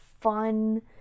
fun